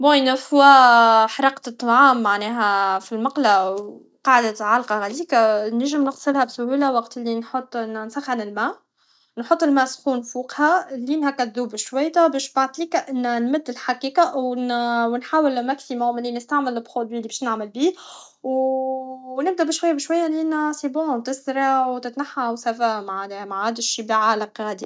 بون اين فوا حرقت الطعام معناها في مقلة و قعدت علقة غاديك نجم نخسلها بسهولة وقت لي نحط نسخن الما نحط الما سخون فوقها منين هك تذوب بشويته باش تعطيك ان نمد الحكاكه و نحاول الماكسيموم اني نستعمل لبخودوي لي بش نعمل بيه و نبدا بشوي بشوي لين سيبون تصرا و تتنحا و سافا معادش يبان علق غادي